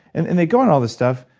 and and they go on all this stuff,